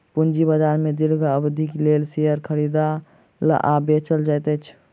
पूंजी बाजार में दीर्घ अवधिक लेल शेयर खरीदल आ बेचल जाइत अछि